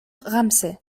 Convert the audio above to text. ramsay